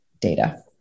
data